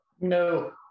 No